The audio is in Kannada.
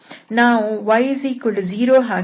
ನಾವು y0ಹಾಕಿದರೆ ನಮಗೆ 2x12ದೊರೆಯುತ್ತದೆ